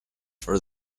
for